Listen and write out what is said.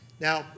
Now